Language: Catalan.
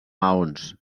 maons